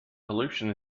pollution